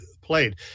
played